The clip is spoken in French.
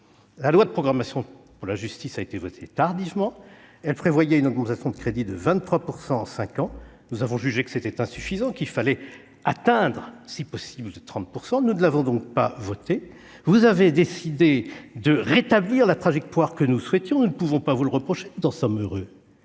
et de réforme pour la justice a été votée tardivement. Elle prévoyait une augmentation de crédit de 23 % en cinq ans. Nous avons jugé que c'était insuffisant, qu'il fallait atteindre si possible 30 %, nous ne l'avons donc pas votée. Vous avez décidé de rétablir la trajectoire que nous souhaitions, nous ne pouvons pas vous le reprocher, nous en sommes heureux.